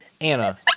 anna